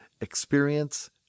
experience